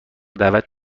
دعوت